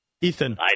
Ethan